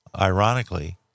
ironically